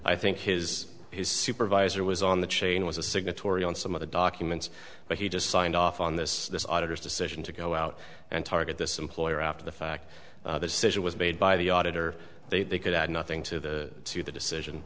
i think his his supervisor was on the chain was a signatory on some of the documents but he just signed off on this auditors decision to go out and target this employer after the fact the sit with made by the auditor they they could add nothing to the to the decision